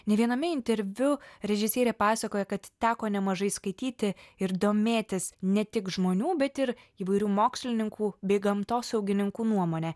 ne viename interviu režisierė pasakoja kad teko nemažai skaityti ir domėtis ne tik žmonių bet ir įvairių mokslininkų bei gamtosaugininkų nuomone